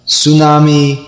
Tsunami